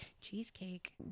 cheesecake